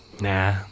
Nah